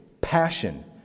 passion